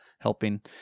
helping